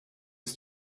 ist